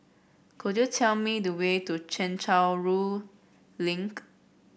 could you tell me the way to Chencharu Link